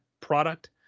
product